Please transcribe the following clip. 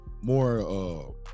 more